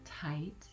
tight